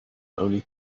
only